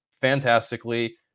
fantastically